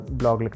blog